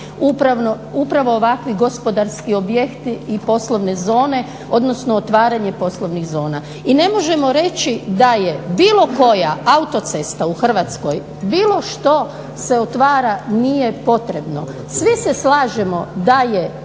upravo ovakvi gospodarski objekti i poslovne zone odnosno otvaranje poslovnih zona. I ne možemo reći da je bilo koja autocesta u Hrvatskoj, bilo što se otvara nije potrebno. Svi se slažemo da je to razvoj